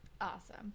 Awesome